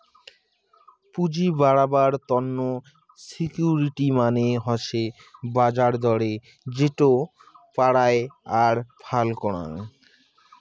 পুঁজি বাড়াবার তন্ন সিকিউরিটি মানে হসে বাজার দরে যেটো পারায় আর ফাল করাং